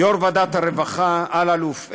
ליו"ר ועדת הרווחה אלאלוף,